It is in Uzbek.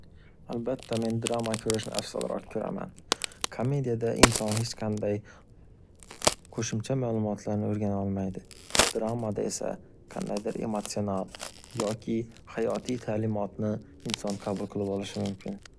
Albatta men drama ko’rishni afzalroq ko’raman. Komediyada inson hech qanday qo’shimcha malumotlarni o’rgana olmaydi. Dramada esa qandaydir emotsional, yoki hayotiy ta’limotni inson qabul qilib olishi mumkin.